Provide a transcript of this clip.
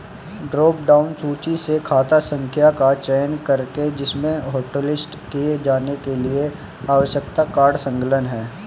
drop down सूची से खाता संख्या का चयन करें जिसमें हॉटलिस्ट किए जाने के लिए आवश्यक कार्ड संलग्न है